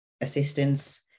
assistance